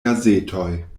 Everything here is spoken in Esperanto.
gazetoj